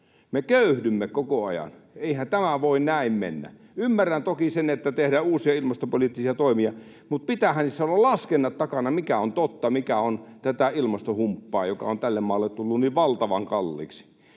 Me köyhdymme koko ajan. Eihän tämä voi näin mennä. Ymmärrän toki sen, että tehdään uusia ilmastopoliittisia toimia, mutta pitäähän niissä olla laskennat takana, mikä on totta ja mikä on tätä ilmastohumppaa, joka on tälle maalle tullut niin valtavan kalliiksi.